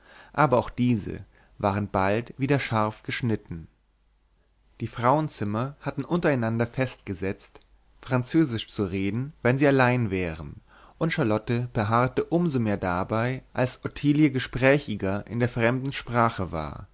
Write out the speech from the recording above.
aber auch diese waren bald wieder scharf geschnitten die frauenzimmer hatten untereinander festgesetzt französisch zu reden wenn sie allein wären und charlotte beharrte um so mehr dabei als ottilie gesprächiger in der fremden sprache war